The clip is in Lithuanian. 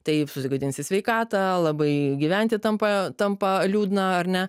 taip susigadinsi sveikatą labai gyventi tampa tampa liūdna ar ne